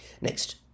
Next